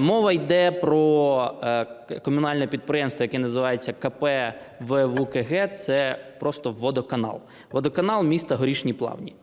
Мова йде про комунальне підприємство, яке називається КП ВУВКГ – це просто водоканал, водоканал міста Горішні Плавні.